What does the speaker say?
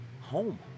home